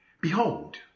Behold